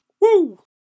Woo